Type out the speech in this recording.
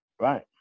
Right